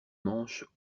manches